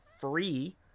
free